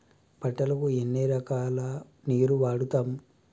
పంటలకు ఎన్ని రకాల నీరు వాడుతం?